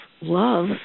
love